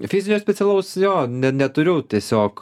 fizinio specialaus jo ne neturiu tiesiog